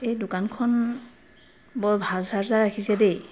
এই দোকানখন বৰ ভাল চাৰ্জাৰ ৰাখিছে দেই